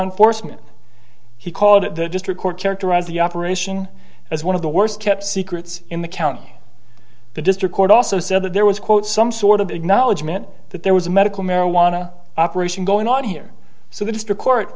enforcement he called it the district court characterized the operation as one of the worst kept secrets in the county the district court also said that there was quote some sort of acknowledgement that there was a medical marijuana operation going on here so the district court